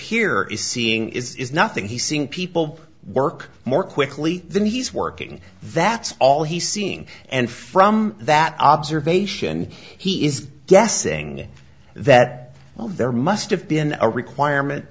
here is seeing is nothing he seeing people work more quickly than he's working that's all he's seeing and from that observation he is guessing that well there must have been a requirement